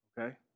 okay